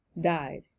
died